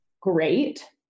great